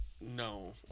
No